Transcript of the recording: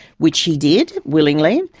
which he did, willingly.